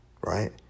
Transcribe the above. right